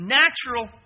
natural